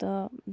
تہٕ